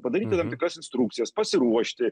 padaryti tam tikras instrukcijas pasiruošti